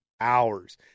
hours